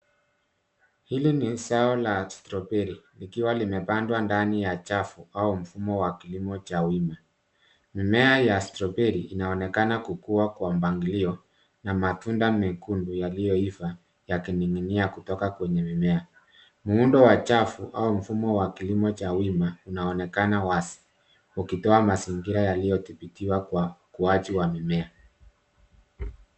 Hili ni zao la stroberi likiwa limepandwa ndani ya chafu au mfumo wa kilimo cha wima. Mimea ya stroberi inaonekana kukua kwa mpangilio na matunda mekundu yaliyoiva yakining'inia kutoka kwenye mimea. Muundo wa chafu au mfumo wa kilimo cha wima unaonekana wazi ukitoa mazingira yaliyodhibitiwa kwa ukuaji wa mimea.